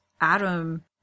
Adam